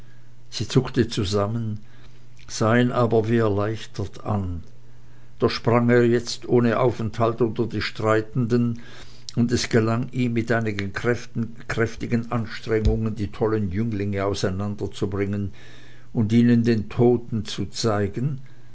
sie zuckte zusammen sah ihn aber wie erleichtert an doch sprang er jetzt ohne aufenthalt unter die streitenden und es gelang ihm mit einigen kräftigen anstrengungen die tollen jünglinge auseinanderzubringen und ihnen den toten zu zeigen